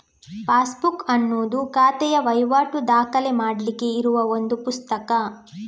passbook ಅನ್ನುದು ಖಾತೆಯ ವೈವಾಟು ದಾಖಲೆ ಮಾಡ್ಲಿಕ್ಕೆ ಇರುವ ಒಂದು ಪುಸ್ತಕ